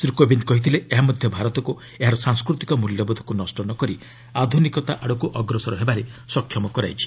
ଶ୍ରୀ କୋବିନ୍ଦ୍ କହିଥିଲେ ଏହା ମଧ୍ୟ ଭାରତକୁ ଏହାର ସାଂସ୍କୃତିକ ମୂଲ୍ୟବୋଧକୁ ନଷ୍ଟ ନ କରି ଆଧୁନିକତା ଆଡ଼କୁ ଅଗ୍ରସର ହେବାରେ ସକ୍ଷମ କରାଇଛି